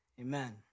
Amen